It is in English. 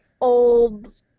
old